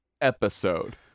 episode